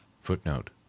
Footnote